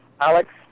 Alex